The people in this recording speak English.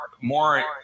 more